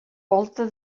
volta